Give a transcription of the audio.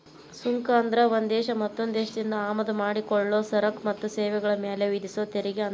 ಸುಂಕ ಅಂದ್ರ ಒಂದ್ ದೇಶ ಮತ್ತೊಂದ್ ದೇಶದಿಂದ ಆಮದ ಮಾಡಿಕೊಳ್ಳೊ ಸರಕ ಮತ್ತ ಸೇವೆಗಳ ಮ್ಯಾಲೆ ವಿಧಿಸೊ ತೆರಿಗೆ ಅಂತ